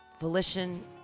volition